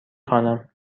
خوانم